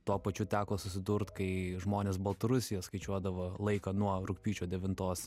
tuo pačiu teko susidurt kai žmonės baltarusijoj skaičiuodavo laiką nuo rugpjūčio devintos